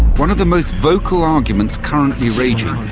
one of the most vocal arguments, currently raging,